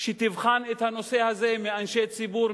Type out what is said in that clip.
שתכלול אנשי ציבור,